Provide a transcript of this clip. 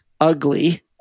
ugly